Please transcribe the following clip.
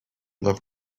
love